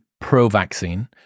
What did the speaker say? pro-vaccine